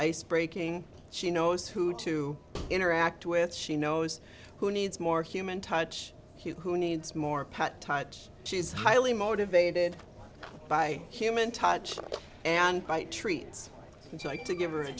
icebreaking she knows who to interact with she knows who needs more human touch who needs more pat touch she's highly motivated by human touch and by treats and to like to give her a